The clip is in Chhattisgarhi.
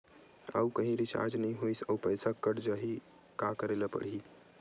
आऊ कहीं रिचार्ज नई होइस आऊ पईसा कत जहीं का करेला पढाही?